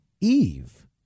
Eve